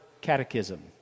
Catechism